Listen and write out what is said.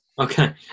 okay